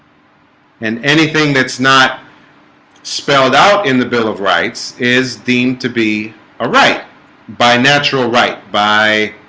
and anything that's not spelled out in the bill of rights is deemed to be a right by natural right by